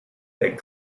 that